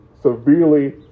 severely